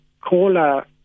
caller